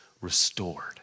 restored